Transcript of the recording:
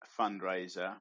fundraiser